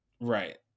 Right